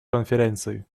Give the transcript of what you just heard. конференции